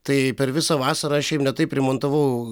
tai per visą vasarą šiaip ne taip primontavau